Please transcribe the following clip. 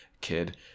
Kid